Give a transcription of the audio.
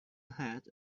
ahead